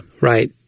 right